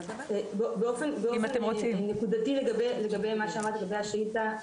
באופן נקודתי לגבי השאילתא,